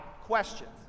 questions